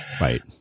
Right